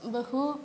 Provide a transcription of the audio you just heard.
बहु